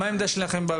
מה העמדה שלכם.